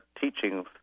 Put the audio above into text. teachings